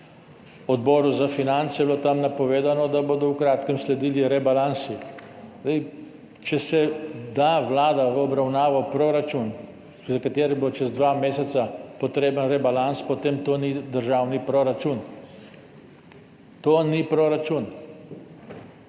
Odboru za finance, je bilo tam napovedano, da bodo v kratkem sledili rebalansi. Če da Vlada v obravnavo proračun, za katerega bo čez dva meseca potreben rebalans, potem to ni državni proračun. To ni proračun,